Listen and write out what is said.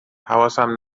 حواسم